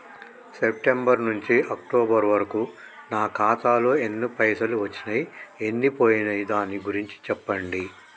September నుంచి October వరకు నా ఖాతాలో ఎన్ని పైసలు వచ్చినయ్ ఎన్ని పోయినయ్ దాని గురించి చెప్పండి?